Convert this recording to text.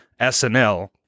SNL